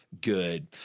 good